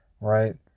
right